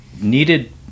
needed